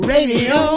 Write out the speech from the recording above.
Radio